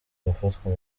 gufatwa